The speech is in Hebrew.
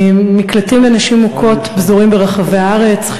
מקלטים לנשים מוכות פזורים ברחבי הארץ,